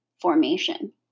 formation